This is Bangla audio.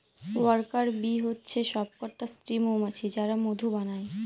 ওয়ার্কার বী হচ্ছে সবকটা স্ত্রী মৌমাছি যারা মধু বানায়